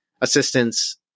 assistance